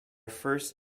first